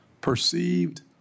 perceived